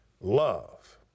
love